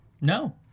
No